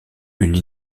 une